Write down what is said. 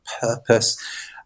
purpose